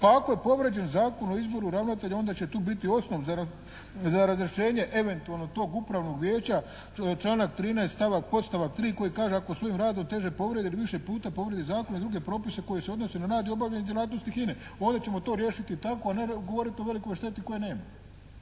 pa ako je povrijeđen Zakon o izboru ravnatelja onda će tu biti osnov za razrješenje eventualno tog upravnog vijeća članak 13. podstavak 3. koji kaže ako svojim radom teže povredi ili više puta povredi zakon i druge propise koji se odnose na rad i obavljanje djelatnosti HINA-e onda ćemo to riješiti tako, a ne govoriti o velikoj šteti koje nema